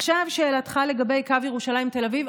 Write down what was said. עכשיו לשאלתך לגבי קו ירושלים תל אביב.